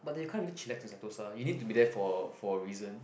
but you can't really chillax in Sentosa you need to be there for for a reason